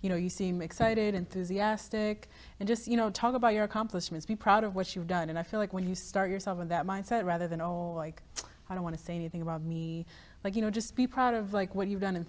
you know you seem excited enthusiastic and just you know talk about your accomplishments be proud of what you've done and i feel like when you start yourself with that mindset rather than like i don't want to say anything about me but you know just be proud of like what you've done and